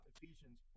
Ephesians